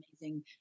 amazing